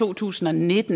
2019